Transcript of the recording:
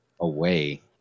away